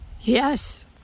Yes